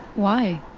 why?